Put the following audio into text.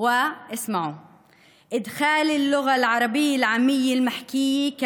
ומשפיע לרעה על הישגיהם הלימודיים.